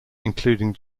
including